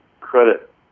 Credit